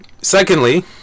secondly